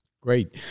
Great